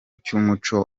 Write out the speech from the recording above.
cy’umuco